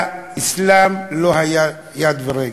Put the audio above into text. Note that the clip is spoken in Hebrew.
לאסלאם לא היה בהם יד ורגל.